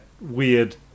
weird